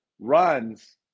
runs